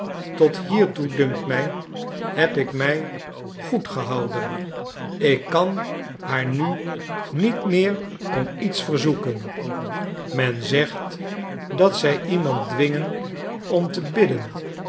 tot hiertoe dunkt mij heb ik mij goed gehouden ik kan haar nu niet meer om iets verzoeken men zegt dat zij iemand dwingen om te bidden